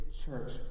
church